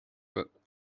but